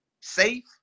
safe